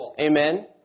amen